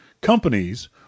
companies